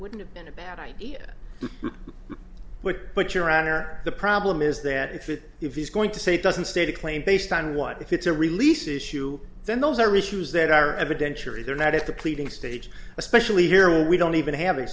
wouldn't have been a bad idea but but your honor the problem is that if it if he's going to say it doesn't state a claim based on what if it's a release issue then those are issues that are evidentiary they're not at the pleading stage especially here we don't even have a